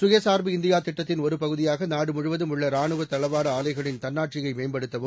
சுயசார்பு இந்தியா திட்டத்தின் ஒரு பகுதியாக நாடுமுழுவதும் உள்ள ராணுவ தளவாட ஆலைகளின் தன்னாட்சியை மேம்படுத்தவும்